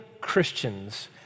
Christians